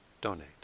donate